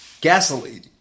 gasoline